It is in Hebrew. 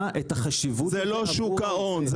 את החשיבות --- זו לא רשות שוק ההון.